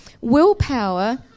willpower